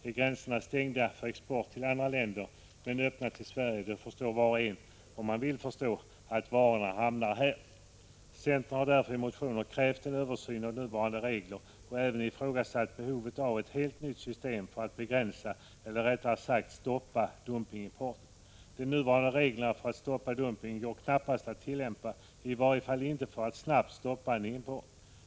Är gränserna stängda för export till andra länder men öppna till Sverige förstår var och en — om han vill förstå — att varorna hamnar här. Centern har därför i motioner krävt en översyn av nuvarande regler och även ifrågasatt behovet av ett helt nytt system för att begränsa eller rättare sagt stoppa dumpningimport. De nuvarande reglerna för att stoppa dumpning går knappast att tillämpa, i varje fall inte för att snabbt stoppa en import.